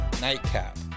nightcap